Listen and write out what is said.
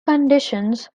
conditions